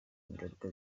ingaruka